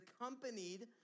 accompanied